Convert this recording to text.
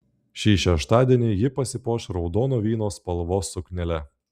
šį šeštadienį ji pasipuoš raudono vyno spalvos suknele